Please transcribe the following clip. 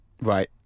right